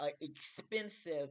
expensive